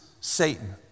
Satan